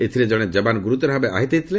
ଏଥିରେ ଜଣେ ଯବାନ ଗୁରୁତର ଭାବେ ଆହତ ହୋଇଥିଲେ